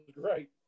great